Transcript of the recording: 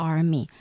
Army